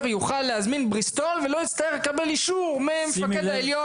יוכל להזמין בריסטול ללא קבלת אישור מהמפקד העליון,